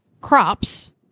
crops